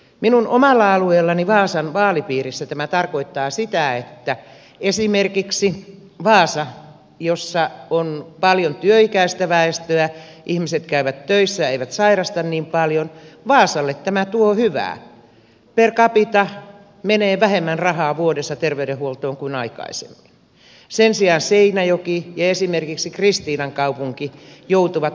minun omalla alueellani vaasan vaalipiirissä tämä tarkoittaa sitä että esimerkiksi vaasalle jossa on paljon työikäistä väestöä ihmiset käyvät töissä eivät sairasta niin paljon tämä tuo hyvää per capita menee vähemmän rahaa vuodessa terveydenhuoltoon kuin aikaisemmin ja sen sijaan seinäjoki ja esimerkiksi kristiinankaupunki joutuvat maksumiehiksi